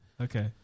Okay